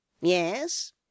Yes